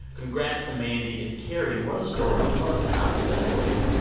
congrats to mandy. and kerry, what a story, email us a copy of that, will you?